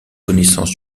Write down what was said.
connaissance